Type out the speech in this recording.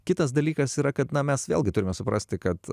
kitas dalykas yra kad na mes vėlgi turime suprasti kad